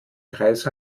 kreis